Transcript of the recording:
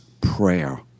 prayer